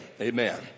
Amen